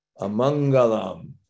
amangalam